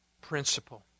principle